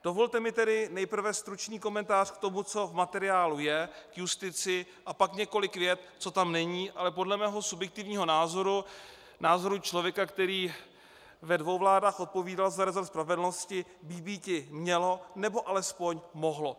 Dovolte mi tedy nejprve stručný komentář k tomu, co v materiálu je, k justici, a pak několik vět, co tam není, ale podle mého subjektivního názoru, názoru člověka, který ve dvou vládách odpovídal za resort spravedlnosti, by býti mělo nebo alespoň mohlo.